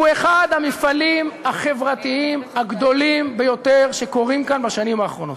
הוא אחד המפעלים החברתיים הגדולים ביותר שקורים כאן בשנים האחרונות.